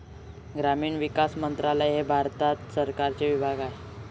ग्रामीण विकास मंत्रालय हे भारत सरकारचे विभाग आहे